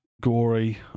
gory